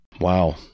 Wow